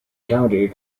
county